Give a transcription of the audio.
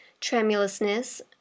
tremulousness